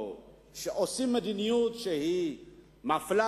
כשעושים מדיניות שהיא מפלה,